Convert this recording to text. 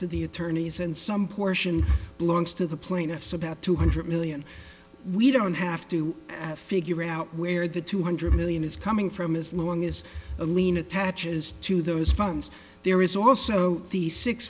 to the attorneys and some portion belongs to the plaintiffs about two hundred million we don't have to figure out where the two hundred million is coming from as long as alina attaches to those funds there is also the six